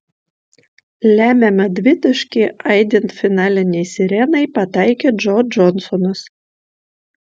lemiamą dvitaškį aidint finalinei sirenai pataikė džo džonsonas